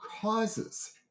causes